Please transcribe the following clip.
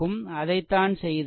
அதைத்தான் செய்துள்ளோம்